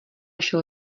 šel